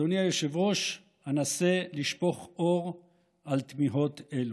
אדוני היושב-ראש, אנסה לשפוך אור על תמיהות אלו.